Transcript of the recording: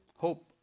Hope